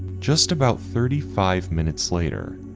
just about thirty five minutes later,